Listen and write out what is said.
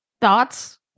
Thoughts